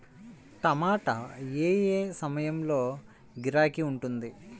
టమాటా ఏ ఏ సమయంలో గిరాకీ ఉంటుంది?